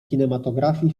kinematografii